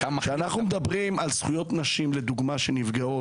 כשאנחנו מדברים על זכויות נשים שנפגעות,